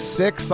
six